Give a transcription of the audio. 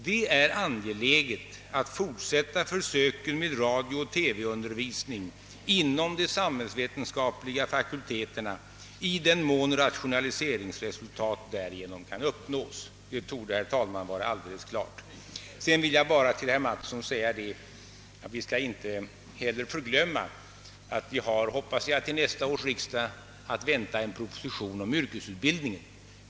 Det är angeläget att fortsätta försöken med radiooch tv-undervisning inom de samhällsvetenskapliga fakulteterna i den mån rationaliseringsresultat därigenom kan uppnås.» Detta torde, herr talman, vara alldeles klart. För herr Mattsson vill jag bara påpeka att vi inte heller skall förglömma att vi — hoppas jag — till nästa års riksdag har att vänta en proposition om yrkesutbildningen.